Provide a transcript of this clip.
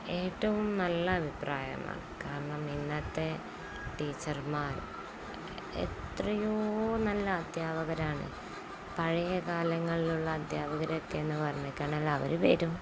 ഏറ്റവും നല്ല അഭിപ്രായമാണ് കാരണം ഇന്നത്തെ ടീച്ചർമാര് എത്രയോ നല്ല അധ്യാപകരാണ് പഴയ കാലങ്ങളിലുള്ള അദ്ധ്യാപകരൊക്കെ എന്നു പറയുകയാണെങ്കിൽ അവര് വരും